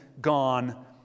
gone